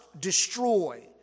destroy